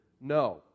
No